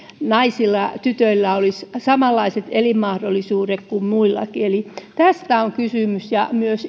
naisilla ja tytöillä olisi samanlaiset elinmahdollisuudet kuin muillakin tästä on kysymys myös